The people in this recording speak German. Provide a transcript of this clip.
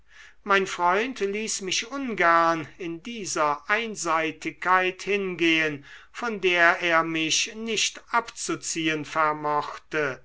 mein freund ließ mich ungern in dieser einseitigkeit hingehen von der er mich nicht abzuziehen vermochte